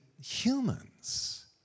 humans